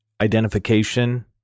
identification